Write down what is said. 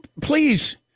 please